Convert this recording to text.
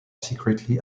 secretly